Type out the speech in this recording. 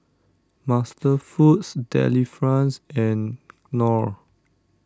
MasterFoods Delifrance and Knorr